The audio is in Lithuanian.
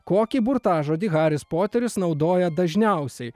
kokį burtažodį haris poteris naudoja dažniausiai